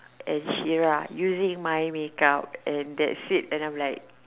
and Shera using my make up and that's it and I am like